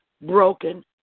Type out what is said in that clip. broken